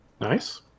nice